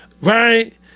Right